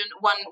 one